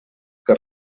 que